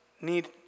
need